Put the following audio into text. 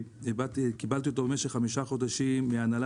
קיבלתי אותו במשך חמישה חודשים מההנהלה